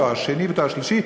תואר שני ותואר שלישי,